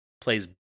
plays